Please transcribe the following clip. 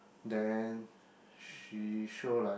then she show like